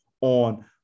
on